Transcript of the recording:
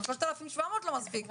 גם 3,700 לא מספיק.